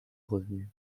revenus